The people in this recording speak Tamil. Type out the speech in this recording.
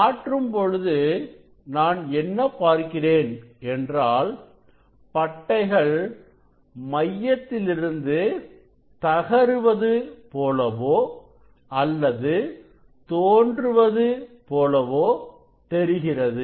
மாற்றும் பொழுது நான் என்ன பார்க்கிறேன் என்றால் பட்டைகள் மையத்திலிருந்து தகருவது போலவோ அல்லது தோன்றுவது போலவோ தெரிகிறது